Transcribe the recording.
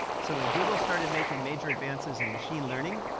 so, when google started making major advances in machine learning,